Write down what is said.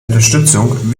unterstützung